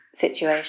situation